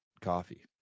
coffee